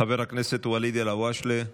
חבר הכנסת ואליד אלהואשלה,